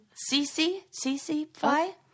c-c-c-c-fly